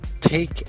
take